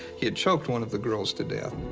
he had choked one of the girls to death.